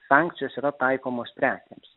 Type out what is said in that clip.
sankcijos yra taikomos prekėms